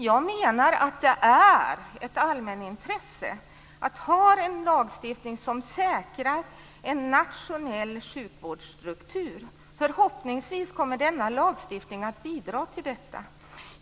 Jag menar att det är ett allmänintresse att ha en lagstiftning som säkrar en nationell sjukvårdsstruktur. Förhoppningsvis kommer denna lagstiftning att bidra till detta.